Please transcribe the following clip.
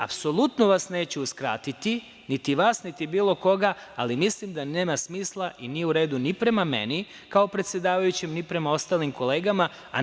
Apsolutno vas neću uskratiti, niti vas, niti bilo koga, ali mislim da nema smisla i nije u redu ni prema meni, kao predsedavajućem, ni prema ostalim kolegama, a ni prema građanima.